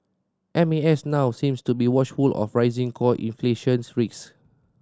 M A S now seems to be watchful of rising core inflation